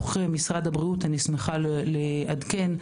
אני שמחה לעדכן,